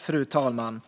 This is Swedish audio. Fru talman!